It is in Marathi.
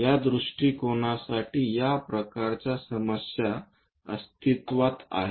या दृष्टीकोनासाठी या प्रकारच्या समस्या अस्तित्वात आहेत